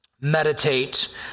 meditate